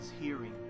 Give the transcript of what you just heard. hearing